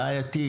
בעייתית,